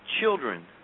children